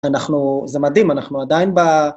אנחנו, זה מדהים, אנחנו עדיין ב...